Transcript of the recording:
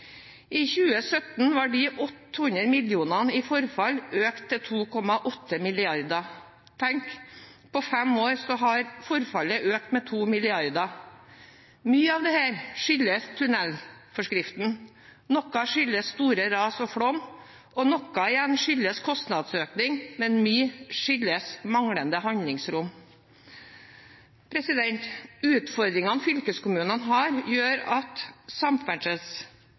I 2017 var de 800 mill. kr i forfall økt til 2,8 mrd. kr. Tenk: På fem år har forfallet økt med 2 mrd. kr. Mye av dette skyldes tunnelsikkerhetsforskriften, noe skyldes store ras og flom, og noe igjen skyldes kostnadsøkning – men mye skyldes manglende handlingsrom. Utfordringene fylkeskommunene har, gjør at